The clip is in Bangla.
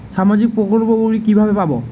সামাজিক প্রকল্প গুলি কিভাবে পাব?